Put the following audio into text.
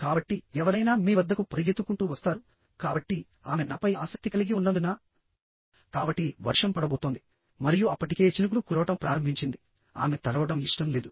కాబట్టి ఎవరైనా మీ వద్దకు పరుగెత్తుకుంటూ వస్తారు కాబట్టి ఆమె నాపై ఆసక్తి కలిగి ఉన్నందున ఆమె పరుగెత్తుతోందని మీరు అనుకోకూడదు కాబట్టి వర్షం పడబోతోంది మరియు అప్పటికే చినుకులు కురవడం ప్రారంభించింది ఆమె తడవడం ఇష్టం లేదు